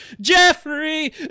Jeffrey